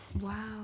Wow